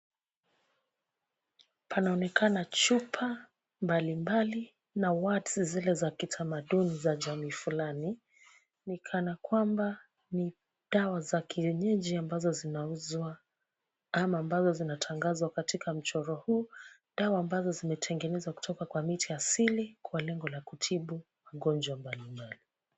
Panaonekana chupa mbalimbali na words zile za kitamaduni za jamii fulani. Ni kana kwamba ni dawa za kienyeji, ambazo zinauzwa, ama ambazo zinatangazwa katika mchoro huu. Dawa amabazo zimetengenezwa kutoka kwa miti asili kwa mujibu wa kutibu magonjwa mbalimbali.